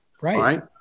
right